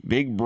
Big